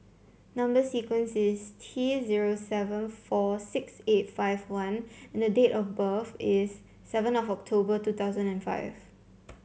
number sequence is T zero seven four six eight five one and the date of birth is seven of October two thousand and five